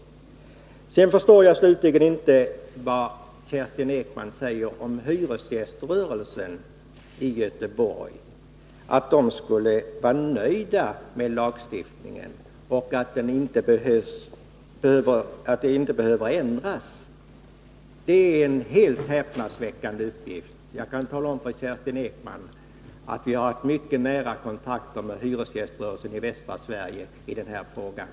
Slutligen förstår jag inte det som Kerstin Ekman säger om hyresgäströrelsen i Göteborg. Hon säger att man där skulle vara nöjd med lagstiftningen och att en ändring inte behöver göras. Det är en helt häpnadsväckande uppgift. Jag kan tala om för Kerstin Ekman att vi har haft mycket nära kontakt med hyresgäströrelsen i västra Sverige i den här frågan.